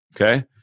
Okay